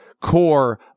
core